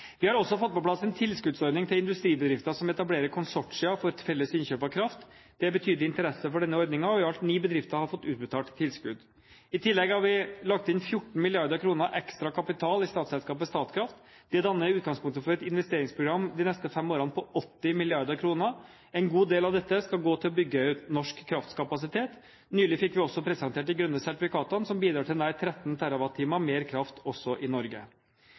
Vi har også fått på plass en tilskuddsordning til industribedrifter som etablerer konsortia for felles innkjøp av kraft. Det er betydelig interesse for denne ordningen, og i alt ni bedrifter har fått utbetalt tilskudd. I tillegg har vi lagt inn 14 mrd. kr ekstra kapital i statsselskapet Statkraft. Det danner utgangspunktet for et investeringsprogram på 80 mrd. kr de neste fem årene. En god del av dette skal gå til å bygge ut norsk kraftkapasitet. Nylig fikk vi også presentert de grønne sertifikatene som bidrar til nær 13 TWh mer kraft også i Norge.